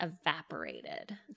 evaporated